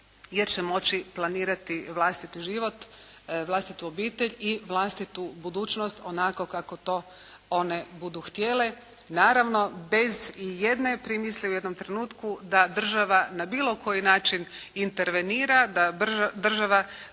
jer će moći planirati vlastiti život, vlastitu obitelj i vlastitu budućnost onako kako to one budu htjele. Naravno bez i jedne primisli u jednom trenutku da država na bilo koji način intervenira. Da država